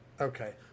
Okay